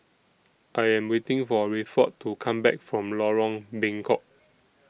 I Am waiting For Rayford to Come Back from Lorong Bengkok